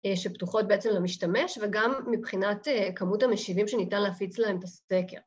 שפתוחות בעצם למשתמש וגם מבחינת כמות המשיבים שניתן להפיץ להם את הסקר